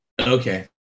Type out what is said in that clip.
Okay